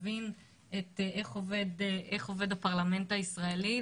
מבין איך עובד הפרלמנט הישראלי.